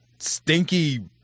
stinky